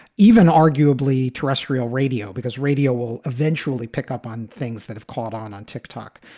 even arguably terrestrial radio, because radio will eventually pick up on things that have caught on on tick tock.